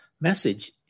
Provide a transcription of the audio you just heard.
message